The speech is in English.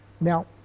Now